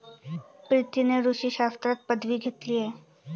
प्रीतीने कृषी शास्त्रात पदवी घेतली आहे